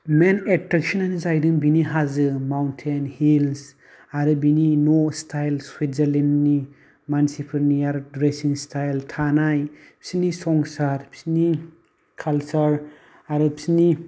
मेन एट्रक्स'नानो जादों बेनि हाजो माउन्टैन हिलस आरो बेनि न' स्टाइल सुइजारलेण्डनि मानसिफोरनि आरो ड्रेसिं स्टाइल थानाय बिसोरनि संसार बिसोरनि कालसार आरो बिसोरनि